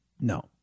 No